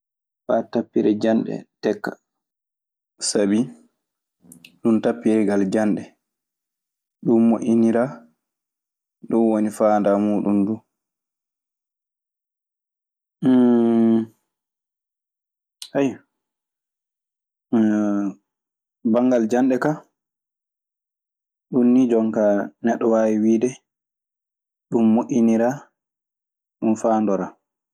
Faa haama janɗe walla manaaji. Sabi ɗun tappirgal janɗe. Ɗun moƴƴiniraa. Ɗun woni faandaare muuɗun. Ayyo, banngal jande ka ɗun nii jon kaa neɗɗo waawi wiide ɗun moƴƴiniraa, ɗun faandoraa.